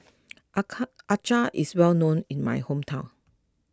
Acar is well known in my hometown